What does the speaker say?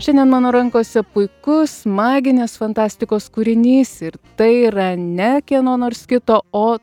šiandien mano rankose puikus maginės fantastikos kūrinys ir tai yra ne kieno nors kito o